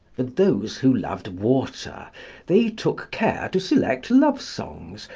for those who loved water they took care to select love songs,